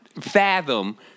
fathom